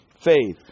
faith